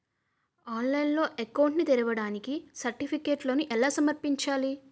ఆన్లైన్లో అకౌంట్ ని తెరవడానికి సర్టిఫికెట్లను ఎలా సమర్పించాలి?